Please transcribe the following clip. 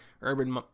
Urban